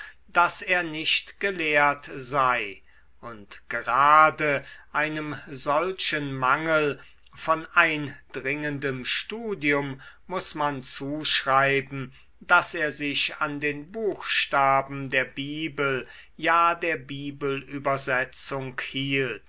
daß er nicht gelehrt sei und gerade einem solchen mangel von eindringendem studium muß man zuschreiben daß er sich an den buchstaben der bibel ja der bibelübersetzung hielt